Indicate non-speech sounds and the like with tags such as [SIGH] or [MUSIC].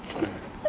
[LAUGHS]